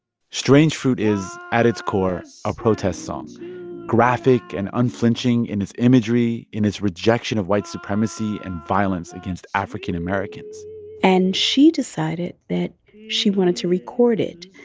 strange fruit is, at its core, a protest song graphic and unflinching in its imagery, in its rejection of white supremacy and violence against african americans and she decided that she wanted to record it.